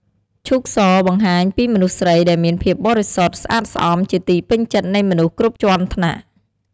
ឈូកស បង្ហាញពីមនុស្សស្រីដែលមានភាពបរិសុទ្ធ ស្អាតស្អំជាទីពេញចិត្តនៃមនុស្សគ្រប់ជាន់ថ្នាក់។